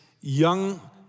young